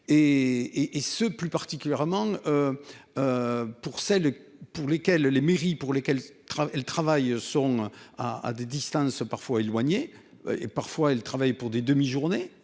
et ce plus particulièrement. Pour celles pour lesquelles les mairies pour lesquels elle travaille sont à à des distances parfois éloignées et parfois elle travaille pour des demi-journées